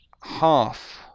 half